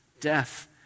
death